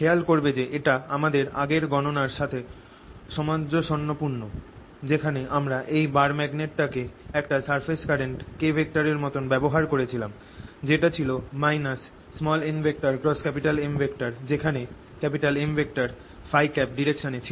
খেয়াল করবে যে এটা আমাদের আগের গণনা র সাথে সামঞ্জস্যপূর্ণ যেখানে আমরা এই বার ম্যাগনেট টাকে একটা সারফেস কারেন্ট K র মতন ব্যবহার করেছিলাম যেটা ছিল n M যেখানে M Փ ডিরেকশান এ ছিল